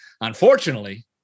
unfortunately